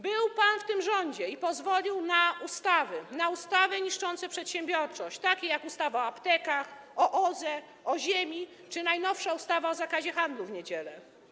Był pan w tym rządzie i pozwolił na ustawy niszczące przedsiębiorczość, takie jak ustawa o aptekach, o OZE, o ziemi czy najnowsza ustawa o zakazie handlu w niedzielę.